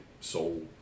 soul